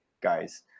Guys